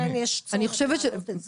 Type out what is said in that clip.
ולכן יש צורך להעלות את זה.